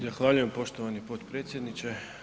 Zahvaljujem poštovani potpredsjedniče.